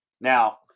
Now